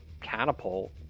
catapult